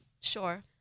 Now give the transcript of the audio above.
sure